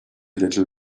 little